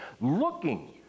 looking